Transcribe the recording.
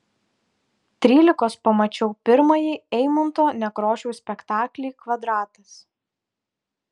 trylikos pamačiau pirmąjį eimunto nekrošiaus spektaklį kvadratas